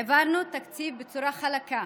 העברנו תקציב בצורה חלקה,